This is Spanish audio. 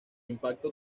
impacto